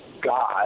God